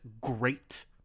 great